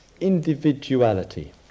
individuality